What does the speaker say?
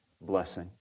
blessing